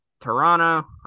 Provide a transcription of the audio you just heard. Toronto